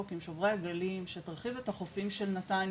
עם שוברי הגלים שתרחיב את החופים של נתניה,